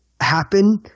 happen